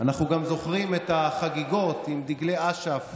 אנחנו גם זוכרים את החגיגות עם דגלי אש"ף